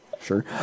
sure